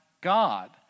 God